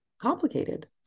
complicated